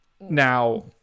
Now